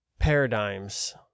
paradigms